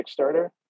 Kickstarter